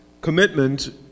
commitment